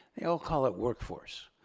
they all call it workforce.